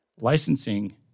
licensing